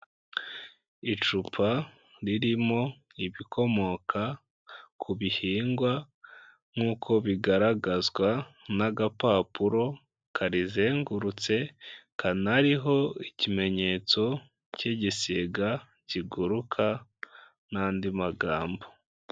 Icupa ririmo ibikomoka ku bihingwa nk'uko bigaragazwa n'agapapuro karizengurutse, kanariho ikimenyetso cy'igisiga kiguruka n'andi magambo.